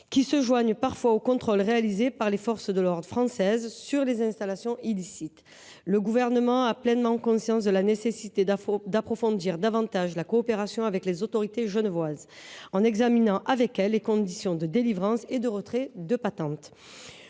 qui se joignent parfois aux contrôles réalisés par les forces de l’ordre françaises sur les installations illicites. Le Gouvernement a pleinement conscience de la nécessité d’approfondir davantage la coopération avec les autorités genevoises. Il souhaite examiner avec elles les conditions de délivrance et de retrait des patentes.